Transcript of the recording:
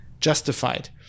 justified